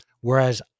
Whereas